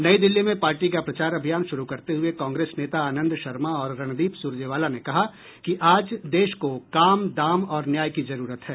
नई दिल्ली में पार्टी का प्रचार अभियान शुरू करते हुये कांग्रेस नेता आनंद शर्मा और रणदीप सुरजेवाला ने कहा कि आज देश को काम दाम और न्याय की जरूरत है